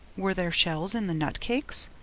were there shells in the nut cakes?